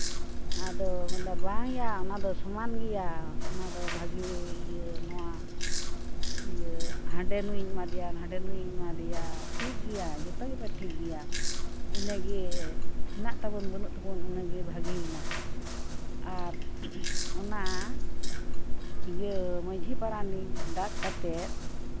ᱟᱫᱚ ᱠᱚ ᱢᱮᱱᱫᱟ ᱵᱟᱝᱭᱟ ᱚᱱᱟ ᱫᱚ ᱥᱚᱢᱟᱱ ᱜᱮᱭᱟ ᱚᱱᱟ ᱫᱚ ᱵᱷᱟᱹᱜᱤ ᱤᱭᱟᱹ ᱦᱟᱸᱰᱮ ᱱᱩᱭᱤᱧ ᱮᱢᱟᱫᱮᱭᱟ ᱱᱟᱰᱮ ᱱᱩᱭᱤᱧ ᱮᱢᱟᱫᱮᱭᱟ ᱴᱷᱤᱠ ᱜᱮᱭᱟ ᱡᱚᱛᱚ ᱜᱮᱯᱮ ᱴᱷᱤᱠ ᱜᱮᱭᱟ ᱤᱱᱟᱹ ᱜᱮ ᱦᱮᱱᱟᱜ ᱛᱟᱵᱚᱱ ᱵᱟᱹᱱᱩᱜ ᱛᱟᱵᱚᱱ ᱤᱱᱟᱹᱜᱮ ᱵᱷᱟᱜᱤᱭᱱᱟ ᱟᱨ ᱚᱱᱟ ᱤᱭᱟᱹ ᱢᱟᱹᱡᱷᱤ ᱯᱟᱨᱟᱱᱤᱠ ᱰᱟᱠ ᱠᱟᱛᱮ